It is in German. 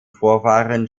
vorfahren